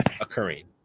occurring